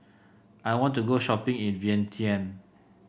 I want to go shopping in Vientiane